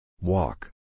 Walk